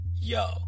Yo